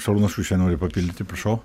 šarūnas šiušė nori papildyti prašau